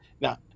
now